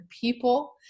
People